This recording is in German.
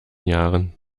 jahren